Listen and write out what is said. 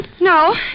No